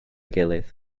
gilydd